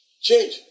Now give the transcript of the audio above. Change